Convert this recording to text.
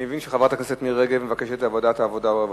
אני מבין שחברת הכנסת מירי רגב מבקשת את ועדת העבודה והרווחה,